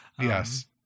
Yes